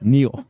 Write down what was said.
Neil